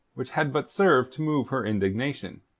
which had but served to move her indignation.